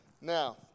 Now